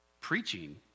preaching